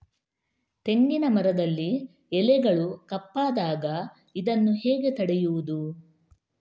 ತೆಂಗಿನ ಮರದಲ್ಲಿ ಎಲೆಗಳು ಕಪ್ಪಾದಾಗ ಇದನ್ನು ಹೇಗೆ ತಡೆಯುವುದು?